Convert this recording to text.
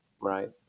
Right